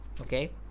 Okay